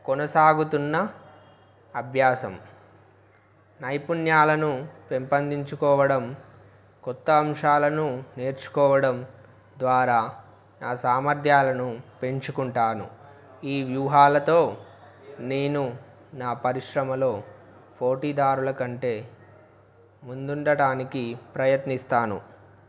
కొనసాగుతున్న అభ్యాసం నైపుణ్యాలను పెంపొందించుకోవడం కొత్త అంశాలను నేర్చుకోవడం ద్వారా నా సామర్థ్యాలను పెంచుకుంటాను ఈ వ్యూహాలతో నేను నా పరిశ్రమలో పోటీదారుల కంటే ముందుండడానికి ప్రయత్నిస్తాను